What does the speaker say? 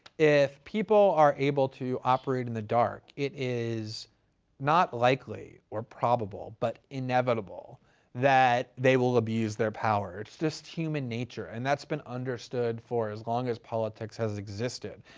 if people are able to operate in the dark, it is not likely or probable, but inevitable that they will abuse their power. it's just human nature. and that's been understood for as long as politics has existed.